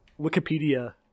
Wikipedia